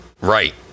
Right